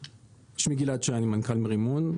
שמי גלעד שי, מנכ"ל מרימון.